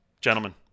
Gentlemen